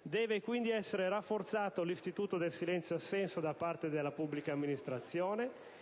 Deve quindi essere rafforzato l'istituto del silenzio-assenso da parte della pubblica amministrazione